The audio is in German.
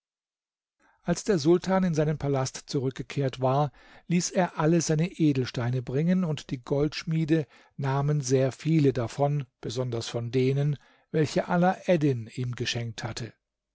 als der sultan in seinen palast zurückgekehrt war ließ er alle seine edelsteine bringen und die goldschmiede nahmen sehr viele davon besonders von denen welche alaeddin ihm geschenkt hatte